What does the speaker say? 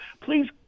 Please